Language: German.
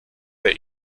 der